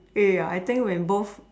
eh ya I think when both